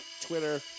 Twitter